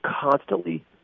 constantly